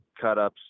cutups